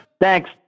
Thanks